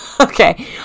Okay